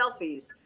selfies